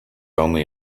only